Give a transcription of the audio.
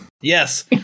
Yes